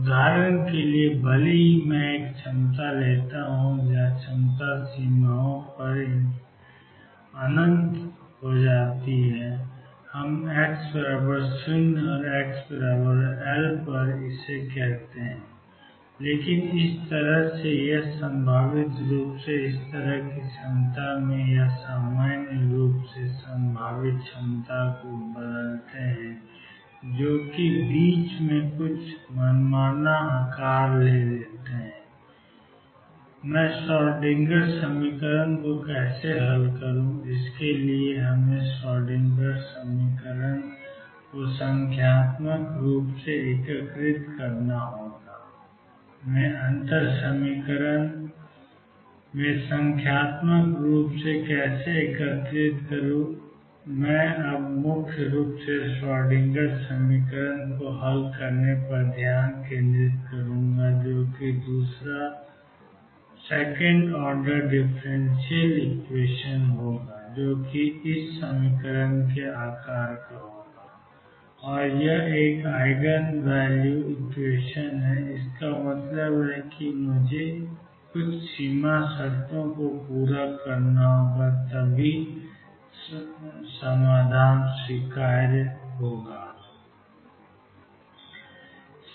उदाहरण के लिए भले ही मैं एक क्षमता लेता हूं जहां क्षमता सीमाओं पर बन जाती है हम x 0 और x एल कहते हैं लेकिन इस तरह से या संभावित रूप से इस तरह की क्षमता में या सामान्य रूप से संभावित क्षमता को बदलते हैं जो कि बीच में कुछ मनमाना आकार है कि मैं श्रोडिंगर समीकरण को कैसे हल करूं और इसके लिए हमें श्रोडिंगर समीकरण को संख्यात्मक रूप से एकीकृत करना होगा मैं अंतर समीकरण में संख्यात्मक रूप से कैसे एकीकृत करूं मैं अब मुख्य रूप से श्रोडिंगर समीकरण को हल करने पर ध्यान केंद्रित करूंगा जो कि दूसरा ऑर्डर डिफरेंशियल इक्वेशन VxψEψ और यह एक आइजन वैल्यू इक्वेशन है इसका मतलब है मुझे कुछ सीमा शर्तों को पूरा करना होगा तभी समाधान स्वीकार्य है